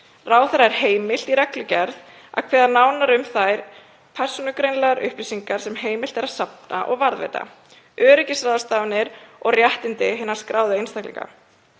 Ráðherra er heimilt, í reglugerð, að kveða nánar á um þær persónugreinanlegu upplýsingar sem heimilt er að safna og varðveita, öryggisráðstafanir og réttindi hinna skráðu einstaklinga.“